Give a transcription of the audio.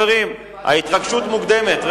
ההתרגשות מוקדמת.